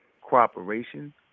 cooperation